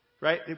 right